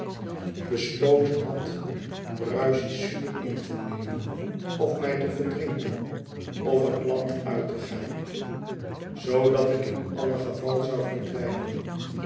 besloten had pruissiesch zuur in te nemen of mij te verdrinken ofhet land uit te gaan zoodat ik in alle geval zou verdwijnen